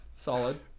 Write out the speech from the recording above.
Solid